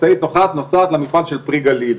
משאית אחת נוסעת למפעל של פרי גליל.